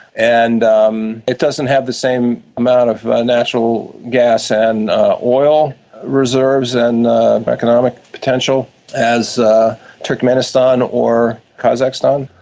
and um it doesn't have the same amount of natural gas and oil reserves and economic potential as turkmenistan or kazakhstan,